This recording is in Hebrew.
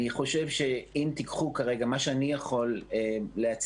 אני חושב שאם תיקחו כרגע מה שאני יכול להציע,